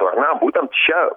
ar ne būtent čia